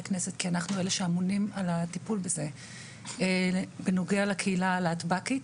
כנסת כי אנחנו אלה שאמונים על הטיפול בזה בנוגע לקהילה הלהט"בקית,